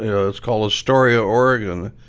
it's called astoria, oregon,